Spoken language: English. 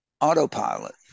autopilot